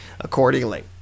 accordingly